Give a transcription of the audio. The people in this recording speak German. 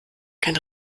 kein